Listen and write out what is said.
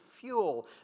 fuel